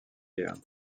guerre